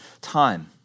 time